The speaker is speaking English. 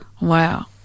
wow